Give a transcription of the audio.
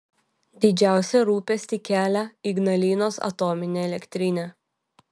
didžiausią rūpestį kelia ignalinos atominė elektrinė